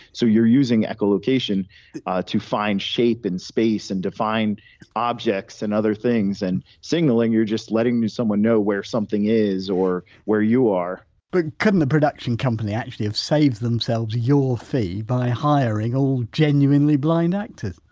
so you're using echolocation to find shape and space and define objects and other things and signalling you're just letting someone know where something is or where you are but couldn't the production company actually have saved themselves your fee by hiring all genuinely blind actors?